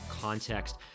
context